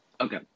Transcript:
Okay